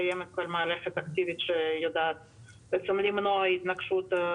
הראייה) קיימת כבר מערכת אקטיבית שיכולה בעצם למנוע התנגשות.